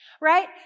right